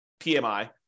PMI